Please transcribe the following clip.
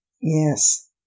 Yes